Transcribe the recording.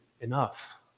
enough